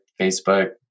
Facebook